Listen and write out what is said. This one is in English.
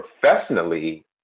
professionally